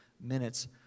minutes